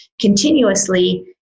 continuously